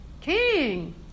King